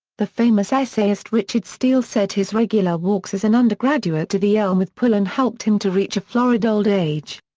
the famous essayist richard steele said his regular walks as an undergraduate to the elm with pullen helped him to reach a florid old age.